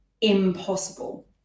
impossible